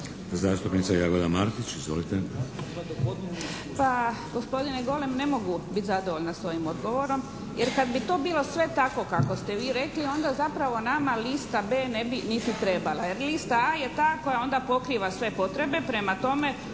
**Martić, Jagoda (SDP)** Pa gospodine Golem ne mogu biti zadovoljna s ovim odgovorom jer kad bi to bilo sve tako kako ste vi rekli onda zapravo nama lista B ne bi niti trebala. Lista A je ta koja onda pokriva sve potrebe. Prema tome,